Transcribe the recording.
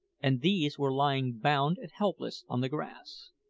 and these were lying bound and helpless on the grass.